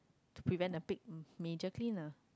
to prevent the big major clean lah